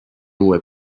uue